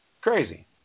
Crazy